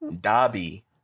dobby